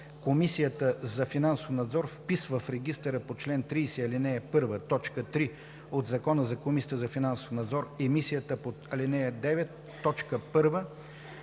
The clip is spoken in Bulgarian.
Комисията за финансов надзор вписва в регистъра по чл. 30, ал. 1, т. 3 от Закона за Комисията за финансов надзор емисията по ал. 9,